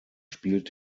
spielt